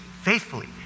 faithfully